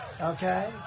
Okay